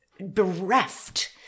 bereft